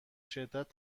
شدت